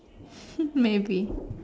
maybe